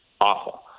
awful